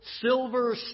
Silver